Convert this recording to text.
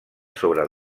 sobres